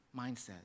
mindset